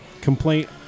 complaint